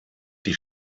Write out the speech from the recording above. die